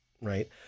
right